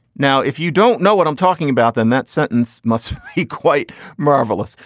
now, if you don't know what i'm talking about, then that sentence must be quite marvelous.